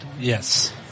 Yes